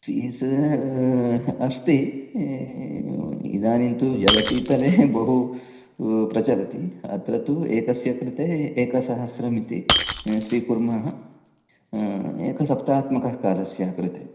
fees अस्ति इदानीं तु जगतितले बहु प्रचलति अत्र तु एकस्य कृते एकसहस्रमिति स्वीकुर्मः एकसप्तात्मकः कालस्य कृते